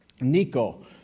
Nico